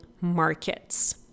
markets